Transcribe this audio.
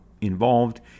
involved